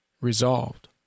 resolved